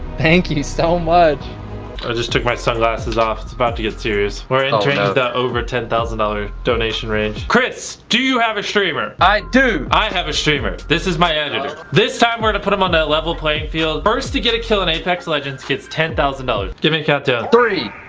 thank you so much. i just took my sunglasses off, it's about to get serious. we're entering ah the over ten thousand dollar donation range. chris, do you have a streamer? i do. i have a streamer, this is my editor. this time we're going to put them on a level playing field. first to get a kill in apex legends gets ten thousand dollars. give me a countdown. three,